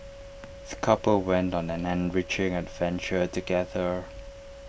the couple went on an enriching adventure together